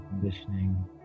conditioning